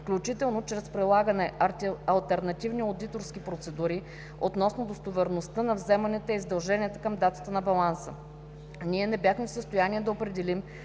включително чрез прилагане алтернативни одиторски процедури относно достоверността на вземанията и задълженията към датата на баланса. Ние не бяхме в състояние да определим